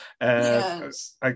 yes